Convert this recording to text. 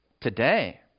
Today